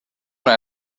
una